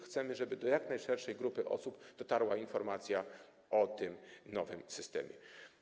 Chcemy, żeby do jak najszerszej grupy osób dotarła informacja o tym nowym systemie.